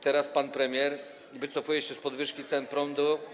teraz pan premier wycofuje się z podwyżki cen prądu.